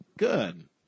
good